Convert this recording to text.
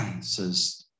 says